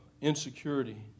insecurity